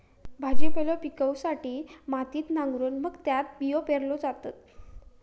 भाजीपालो पिकवूसाठी मातीत नांगरून मग त्यात बियो पेरल्यो जातत